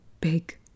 big